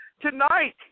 tonight